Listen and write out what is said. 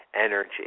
energy